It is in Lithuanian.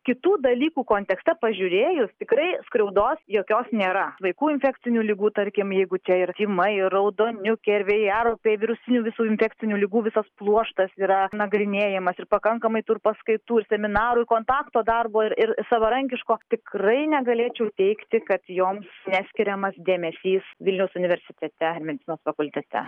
kitų dalykų kontekste pažiūrėjus tikrai skriaudos jokios nėra vaikų infekcinių ligų tarkim jeigu čia ir tymai ir raudoniukė ir vėjaraupiai virusinių visų infekcinių ligų visas pluoštas yra nagrinėjamas ir pakankamai tų ir paskaitų ir seminarų kontakto darbo ir ir savarankiško tikrai negalėčiau teigti kad joms neskiriamas dėmesys vilniaus universitete medicinos fakultete